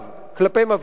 כלפי מפגינים.